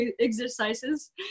exercises